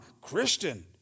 Christian